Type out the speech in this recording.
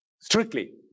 strictly